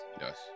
Yes